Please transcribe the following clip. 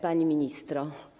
Pani Ministro!